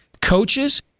coaches